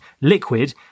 Liquid